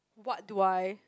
what do I